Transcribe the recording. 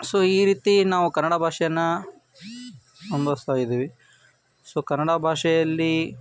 so ಈ ರೀತಿ ನಾವು ಕನ್ನಡ ಭಾಷೆಯನ್ನು ಮುಂದುವರ್ಸ್ತಾ ಇದ್ದೀವಿ ಸೊ ಕನ್ನಡ ಭಾಷೆಯಲ್ಲಿ